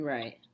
Right